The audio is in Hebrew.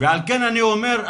ועל כן אני אומר,